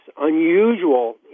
unusual